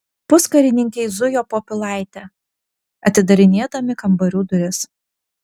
puskarininkiai zujo po pilaitę atidarinėdami kambarių duris